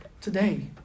today